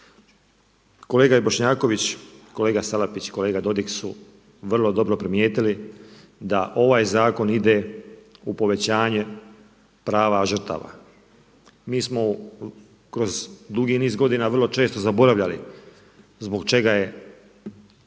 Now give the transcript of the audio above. Kolega i Bošnjaković, kolega Salapić i kolega Dodig su vrlo dobro primijetili da ovaj zakon ide u povećanje prava žrtava. Mi smo kroz dugi niz godina vrlo često zaboravljali zbog čega